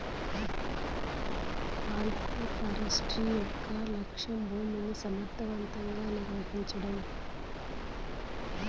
agroforestry యొక్క లక్ష్యం భూమిని సమర్ధవంతంగా నిర్వహించడం